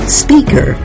speaker